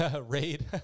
raid